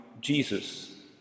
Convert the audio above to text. Jesus